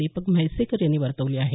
दीपक म्हैसेकर यांनी वर्तवली आहे